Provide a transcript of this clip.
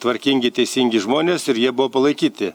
tvarkingi teisingi žmonės ir jie buvo palaikyti